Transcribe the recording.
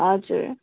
हजुर